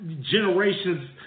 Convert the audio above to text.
generations